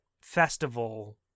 festival